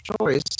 choice